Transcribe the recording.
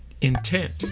intent